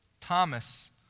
Thomas